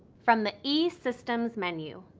from the esystems menu,